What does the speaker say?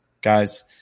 guys